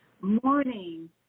morning